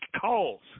calls